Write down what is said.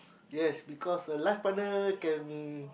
yes because a life partner can